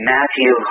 Matthew